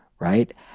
Right